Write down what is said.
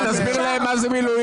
תודה רבה.